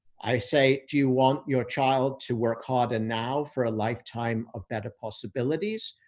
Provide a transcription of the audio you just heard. i say, do you want your child to work hard and now for a lifetime of better possibilities,